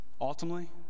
Ultimately